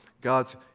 God's